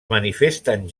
manifesten